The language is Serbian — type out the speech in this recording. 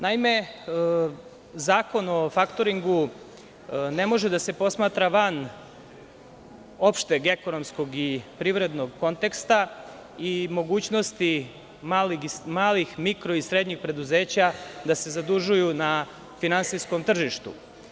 Naime, Zakon o faktoringu ne može da se posmatra van opšteg ekonomskog i privrednog konteksta i mogućnosti malih, mikro i srednjih preduzeća da se zadužuju na finansijskom tržištu.